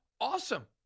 Awesome